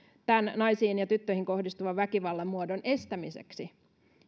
tämän naisiin ja tyttöihin kohdistuvan väkivallan muodon estämiseksi